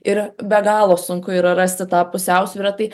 ir be galo sunku yra rasti tą pusiausvyrą tai